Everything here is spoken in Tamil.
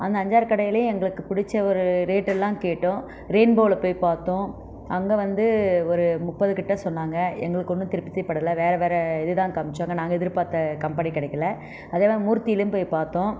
அந்த அஞ்சாறு கடையிலேயும் எங்களுக்கு பிடிச்ச ஒரு ரேட்டெல்லாம் கேட்டோம் ரெயின்போவில போய் பார்த்தோம் அங்கே வந்து ஒரு முப்பது கிட்ட சொன்னாங்க எங்களுக்கு ஒன்றும் திருப்திபடலை வேற வேற இது தான் காம்ச்சாங்க நாங்கள் எதிர்பாத்த கம்பனி கிடைக்கல அதே மாதிரி மூர்த்திலேயும் போய் பார்த்தோம்